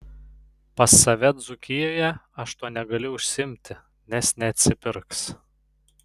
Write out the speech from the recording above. pas save dzūkijoje aš tuo negaliu užsiimti nes neatsipirks